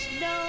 No